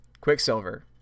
Quicksilver